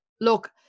look